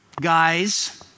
Guys